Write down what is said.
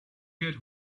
get